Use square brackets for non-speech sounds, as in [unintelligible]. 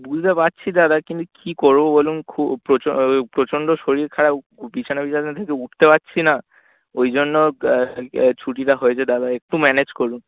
বুঝতে পারছি দাদা কিন্তু কী করব বলুন খুব প্রচো প্রচণ্ড শরীর খারাপ উ বিছানা পিছানা থেকে উঠতে পারছি না ওই জন্য [unintelligible] ছুটিটা হয়েছে দাদা একটু ম্যানেজ করুন